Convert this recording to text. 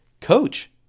coach